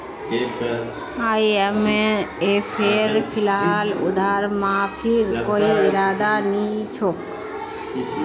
आईएमएफेर फिलहाल उधार माफीर कोई इरादा नी छोक